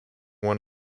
one